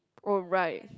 oh right